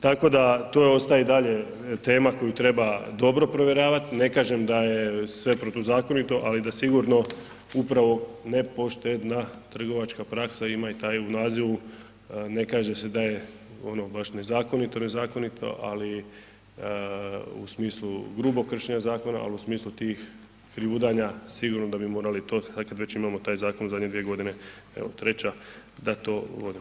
Tako da, to ostaje i dalje tema koju treba dobro provjeravat, ne kažem da je sve protuzakonito ali da sigurno upravo nepoštedna trgovačka praksa, ima i taj u nazivu ne kaže se da je ono baš nezakonito jer je zakonito ali u smislu grubog kršenja zakona, al u smislu tih krivudanja sigurno da bi morali to kad već imamo taj zakon u zadnje 2 g., evo treća, da to vodimo.